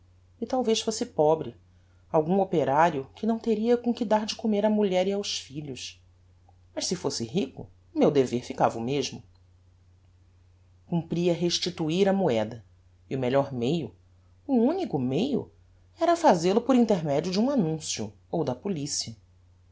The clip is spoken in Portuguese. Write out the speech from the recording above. e talvez fosse pobre algum operario que não teria com que dar de comer á mulher e aos filhos mas se fosse rico o meu dever ficava o mesmo cumpria restituir a moeda e o melhor meio o unico meio era fazel-o por intermedio de um annuncio ou da policia